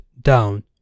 down